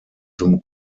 zum